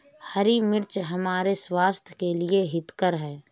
हरी मिर्च हमारे स्वास्थ्य के लिए हितकर हैं